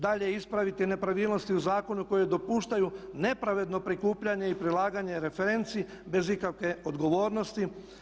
Dalje ispraviti nepravilnosti u zakonu koje dopuštaju nepravedno prikupljanje i prilaganje referenci bez ikakve odgovornosti.